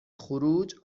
خروج